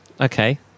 Okay